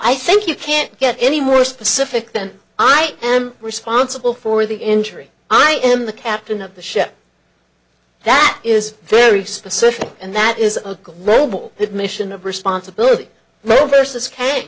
i think you can't get any more specific than i am responsible for the injury i am the captain of the ship that is very specific and that is robel the admission of responsibility roe versus